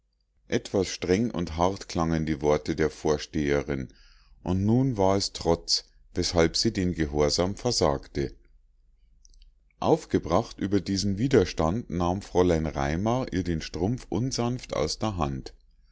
etwas streng und hart klangen die worte der vorsteherin und nun war es trotz weshalb sie den gehorsam versagte aufgebracht über diesen widerstand nahm fräulein raimar ihr den strumpf unsanft aus der hand